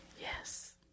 Yes